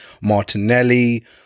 Martinelli